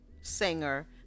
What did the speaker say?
singer